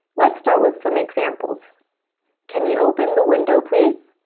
let's start with some examples can you open the window, please?